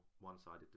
one-sided